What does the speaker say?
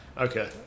Okay